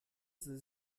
sie